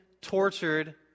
tortured